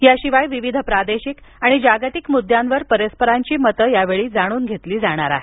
याशिवाय विविध प्रादेशिक आणि जागतिक मुद्द्यांवर परस्परांची मते यावेळी जाणून घेतली जाणार आहेत